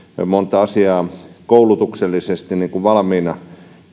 monta asiaa koulutuksellisesti valmiina